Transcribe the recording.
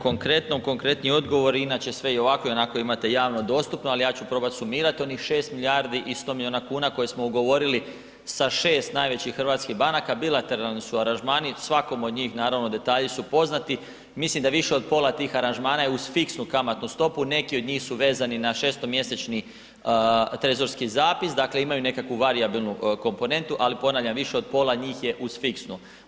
Konkretno, konkretni odgovor inače sve i ovako ionako imate javno dostupno, ali ja ću probat sumirat onih 6 milijardi i 100 milijuna kuna koje smo ugovorili sa 6 najvećih hrvatskih banaka, bilateralni su aranžmani, svakom od njih naravno detalji su poznati, mislim da više od pola tih aranžmana je uz fiksnu kamatnu stopu, neki od njih su vezani na šestomjesečni trezorski zapis, dakle imaju nekakvu varijabilnu komponentu, ali ponavljam, više od pola njih je uz fiksnu.